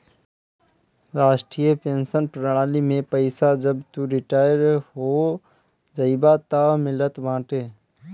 राष्ट्रीय पेंशन प्रणाली में पईसा जब तू रिटायर हो जइबअ तअ मिलत बाटे